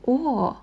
!whoa!